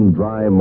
dry